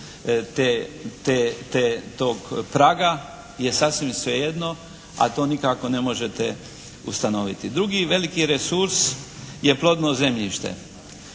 tog praga je sasvim svejedno, a to nikako ne možete ustanoviti. Drugi veliki resurs je plodno zemljište.